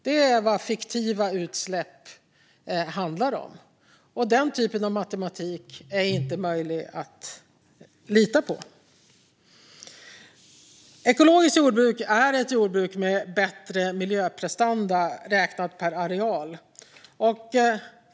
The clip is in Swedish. Detta är vad fiktiva utsläpp handlar om, och den typen av matematik är inte möjlig att lita på. Ekologiskt jordbruk är ett jordbruk med bättre miljöprestanda räknat per areal.